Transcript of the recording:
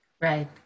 Right